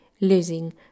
losing